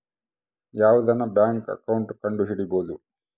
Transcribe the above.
ಯಾವ್ದನ bank account ಕಂಡುಹಿಡಿಬೋದು